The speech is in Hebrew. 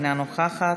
אינה נוכחת.